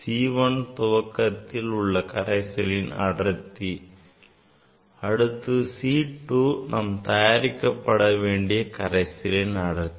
C1 துவக்கத்தில் உள்ள கரைசலின் அடர்த்தி அடுத்து C2 நான் தயாரிக்க வேண்டிய கரைசலின் அடர்த்தி